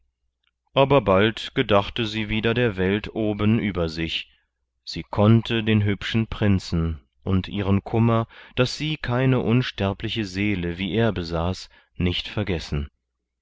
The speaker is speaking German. aber bald gedachte sie wieder der welt oben über sich sie konnte den hübschen prinzen und ihren kummer daß sie keine unsterbliche seele wie er besaß nicht vergessen